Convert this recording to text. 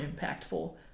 impactful